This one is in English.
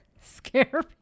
scare